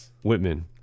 Whitman